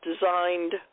designed